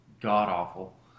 god-awful